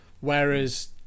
Whereas